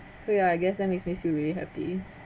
so yeah I guess that makes me feel really happy